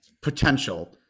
potential